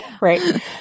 Right